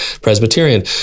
Presbyterian